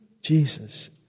Jesus